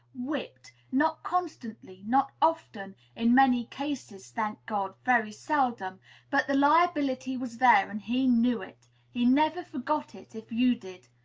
whipped not constantly, not often in many cases, thank god, very seldom. but the liability was there, and he knew it he never forgot it, if you did.